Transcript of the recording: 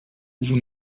vous